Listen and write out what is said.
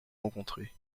rencontrés